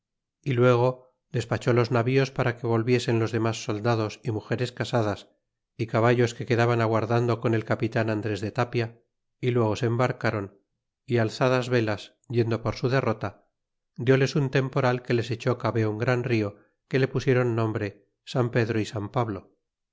y luego despachó los navíos para que volviesen los domas soldados y mugeres casadas y caballos que quedaban aguardando con el capitan andres de tapia y luego se embarcaron y alzadas velas yendo por su derrota dióles un temporal que les echó cabe un gran rio que le pusiénm nombre san pedro y san pablo